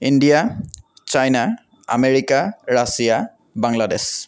India China America Russia Bangladesh